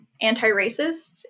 anti-racist